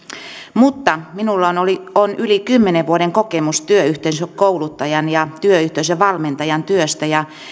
mutta minulla on yli kymmenen vuoden kokemus työyhteisökouluttajan ja työyhteisövalmentajan työstä ja